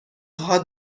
هات